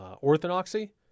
orthodoxy